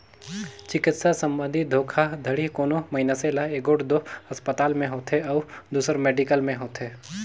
चिकित्सा संबंधी धोखाघड़ी कोनो मइनसे ल एगोट दो असपताल में होथे अउ दूसर मेडिकल में होथे